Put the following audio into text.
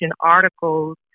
articles